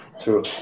True